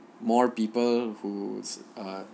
more people whose uh